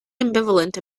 ambivalent